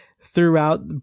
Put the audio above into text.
throughout